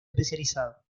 especializado